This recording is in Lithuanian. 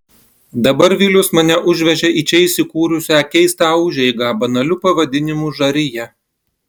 dabar vilius mane užvežė į čia įsikūrusią keistą užeigą banaliu pavadinimu žarija